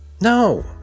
No